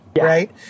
right